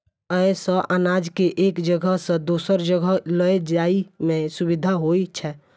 अय सं अनाज कें एक जगह सं दोसर जगह लए जाइ में सुविधा होइ छै